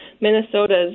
Minnesota's